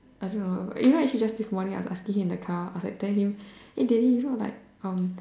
I don't know you know actually just this morning I was asking him in the car I was like telling him hey daddy you know like um